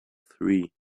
three